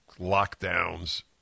lockdowns